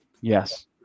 Yes